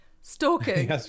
stalking